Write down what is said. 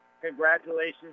Congratulations